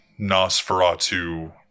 Nosferatu